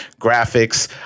graphics